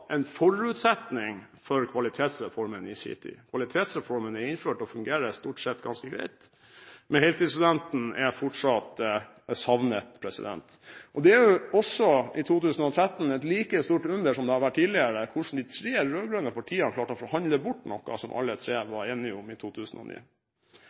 en forutsetning for Kvalitetsreformen i sin tid. Kvalitetsreformen er innført og fungerer stort sett ganske greit, men heltidsstudenten er fortsatt savnet. Det er også i 2012 et like stort under, som det har vært tidligere, hvordan de tre rød-grønne partiene har klart å forhandle bort noe som alle tre